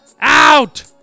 Out